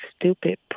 stupid